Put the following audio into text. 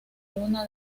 una